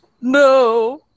No